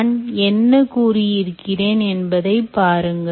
நான் என்ன கூறியிருக்கிறேன் என்பதை பாருங்கள்